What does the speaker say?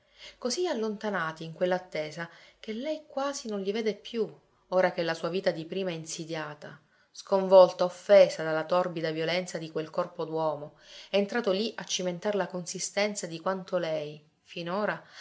così allontanati in quell'attesa che lei quasi non li vede più ora che la sua vita di prima è insidiata sconvolta offesa dalla torbida violenza di quel corpo d'uomo entrato lì a cimentar la consistenza di quanto lei finora